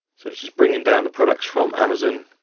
so it's just bringing down the products from amazon.